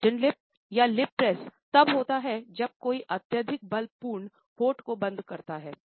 flattened lips तब होता है जब कोई अत्यधिक बल पूर्ण होंठ को बंद करता है